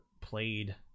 played